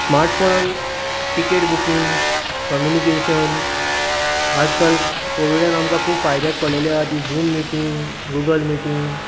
स्मार्टफोनान ticket booking communication आज काल कोविडान आमकां खूब फायद्याक पडलेली आहा ती झूम मिटींग गूगल मिटींग